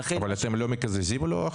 ולכן --- אבל אתם לא מקזזים לו?